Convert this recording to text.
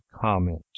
comment